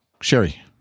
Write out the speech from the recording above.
Sherry